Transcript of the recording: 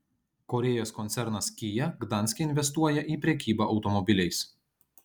korėjos koncernas kia gdanske investuoja į prekybą automobiliais